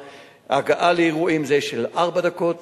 הגעה לאירועים יש של ארבע דקות,